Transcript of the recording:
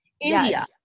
India